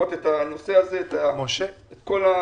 לראות את הנושא הזה ואת כל הבעלויות.